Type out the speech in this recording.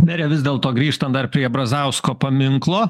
mere vis dėlto grįžtam dar prie brazausko paminklo